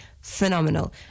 phenomenal